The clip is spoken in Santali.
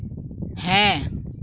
ᱦᱮᱸ